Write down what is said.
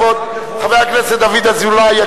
כבוד חבר הכנסת דוד אזולאי,